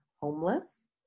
homeless